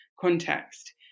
context